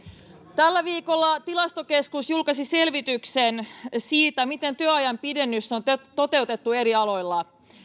tällä viikolla tilastokeskus julkaisi selvityksen siitä miten työajan pidennys on toteutettu eri aloilla